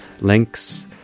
links